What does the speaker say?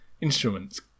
instruments